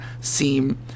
seem